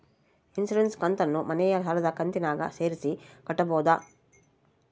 Insurance ಕಂತನ್ನ ಮನೆ ಸಾಲದ ಕಂತಿನಾಗ ಸೇರಿಸಿ ಕಟ್ಟಬೋದ?